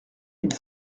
mille